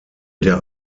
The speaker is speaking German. der